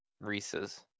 Reese's